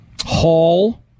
Hall